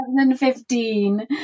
2015